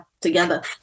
Together